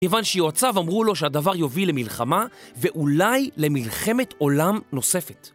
כיוון שיועציו אמרו לו שהדבר יוביל למלחמה ואולי למלחמת עולם נוספת.